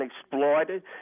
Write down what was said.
exploited